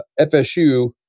FSU